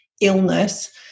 illness